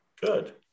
good